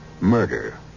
murder